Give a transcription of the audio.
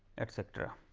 etcetera.